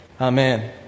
Amen